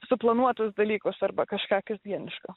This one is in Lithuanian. suplanuotus dalykus arba kažką kasdieniško